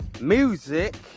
music